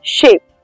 shape